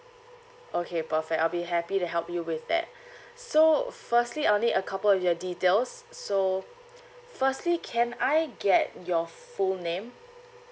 okay perfect I'll be happy to help you with that so firstly I'll need a couple of your details so firstly can I get your full name